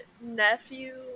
nephew